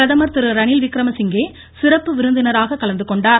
பிரதமர் ரணில்விக்ரமசிங்கே சிறப்பு விருந்தினராக கலந்து கொண்டார்